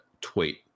tweet